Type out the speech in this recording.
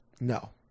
No